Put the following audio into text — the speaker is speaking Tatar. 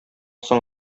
соң